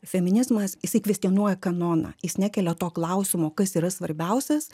feminizmas jisai kvestionuoja kanoną jis nekelia to klausimo kas yra svarbiausias